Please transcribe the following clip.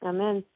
Amen